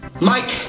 Mike